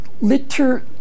liter